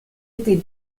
était